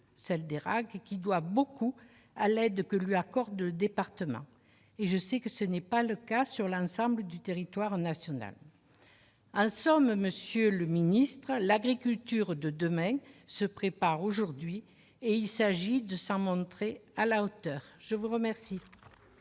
celle d'Eyragues, qui doit beaucoup à l'aide que lui accorde le département-je sais que tel n'est pas le cas sur l'ensemble du territoire national. En somme, monsieur le ministre, l'agriculture de demain se prépare aujourd'hui. Il s'agit de se montrer à la hauteur. La parole